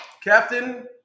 Captain